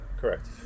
Correct